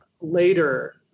later